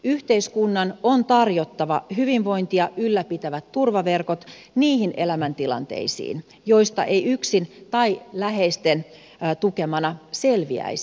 yhteiskunnan on tarjottava hyvinvointia ylläpitävät turvaverkot niihin elämäntilanteisiin joista ei yksin tai läheisten tukemana selviäisi